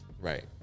Right